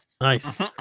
Nice